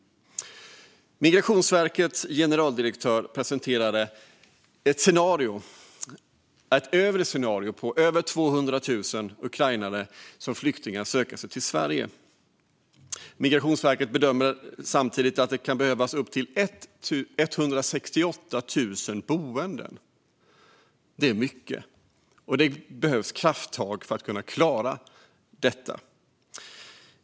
Migrationsverkets generaldirektör har presenterat ett övre scenario där över 200 000 ukrainare söker sig som flyktingar till Sverige. Migrationsverket bedömer samtidigt att det kan behövas upp till 168 000 boenden. Det är mycket, och det behövs krafttag för att kunna klara detta.